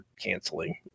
canceling